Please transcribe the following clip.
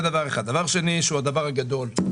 זה נראה לי הזוי, כי זה אחד מגורמי הסיכון.